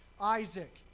Isaac